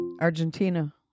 Argentina